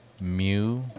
MU